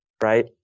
Right